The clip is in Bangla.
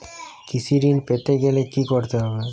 কৃষি ঋণ পেতে গেলে কি করতে হবে?